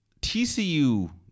TCU